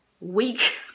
week